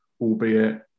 albeit